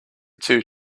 two